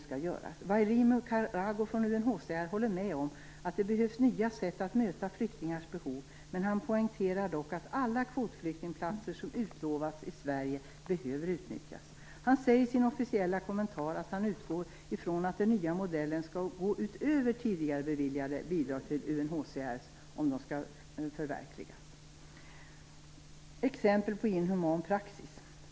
Wairimu Karago från UNHCR håller med om att det behövs nya sätt att möta flyktingars behov, men han poängterar också att alla kvotflyktingplatser som utlovats i Sverige behöver utnyttjas. Han säger i sin officiella kommentar att han utgår från att den nya modellen skall gå utöver tidigare beviljade bidrag till UNHCR om de skall kunna förverkligas. Jag skall ta upp några exempel på inhuman praxis.